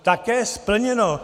Také splněno.